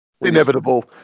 inevitable